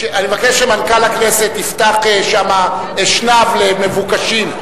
אני מבקש שמנכ"ל הכנסת יפתח שם אשנב למבוקשים,